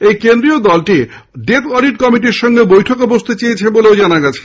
এই কেন্দ্রীয় দল অডিট কমিটির সঙ্গে বৈঠকে বসতে চেয়েছে বলেও জানা গেছে